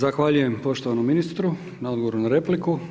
Zahvaljujem poštovanom ministru na odgovoru na repliku.